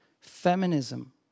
feminism